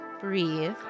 Breathe